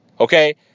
Okay